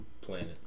planet